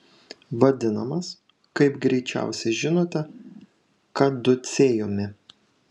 vadinamas kaip greičiausiai žinote kaducėjumi